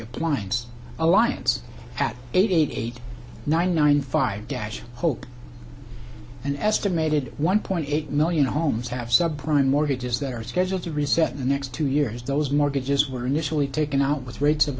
appliance alliance at eight eight nine nine five dash hope an estimated one point eight million homes have subprime mortgages that are scheduled to reset the next two years those mortgages were initially taken out with rates of